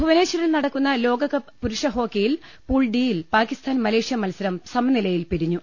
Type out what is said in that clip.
ഭുവനേശ്വറിൽ നടക്കുന്ന ലോകകപ്പ് പുരുഷ ഹോക്കിയിൽ പൂൾ ഡിയിൽ പാകിസ്ഥാൻ മലേഷ്യ മത്സരം സമനിലയിൽ പിരിഞ്ഞു